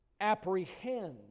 apprehend